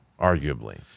arguably